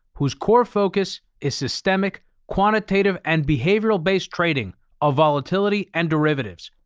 whose core focus is systemic, quantitative, and behavioral based trading of volatility and derivatives.